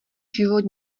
život